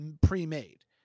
pre-made